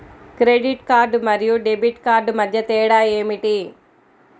Credit card మరియు debit card మధ్య తేడా ఏమిటి?